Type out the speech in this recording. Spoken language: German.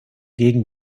gegen